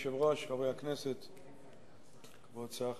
אדוני היושב-ראש, חברי הכנסת, כבוד שר החקלאות,